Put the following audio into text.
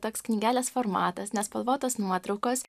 toks knygelės formatas nespalvotos nuotraukos